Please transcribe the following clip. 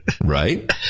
Right